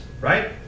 right